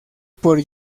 por